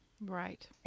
Right